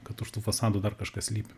kad už tų fasadų dar kažkas slypi